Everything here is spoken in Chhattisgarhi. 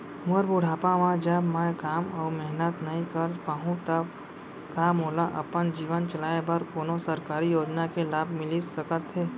मोर बुढ़ापा मा जब मैं काम अऊ मेहनत नई कर पाहू तब का मोला अपन जीवन चलाए बर कोनो सरकारी योजना के लाभ मिलिस सकत हे?